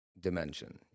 dimension